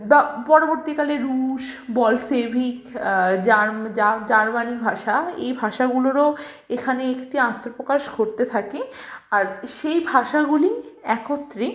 বা পরবর্তীকালে রুশ বলসেভিক জার্ম জার্মানি ভাষা এই ভাষাগুলোরও এখানে একটি আত্মপ্রকাশ ঘটতে থাকে আর সেই ভাষাগুলি একত্রে